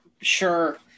Sure